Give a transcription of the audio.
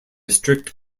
strict